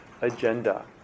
agenda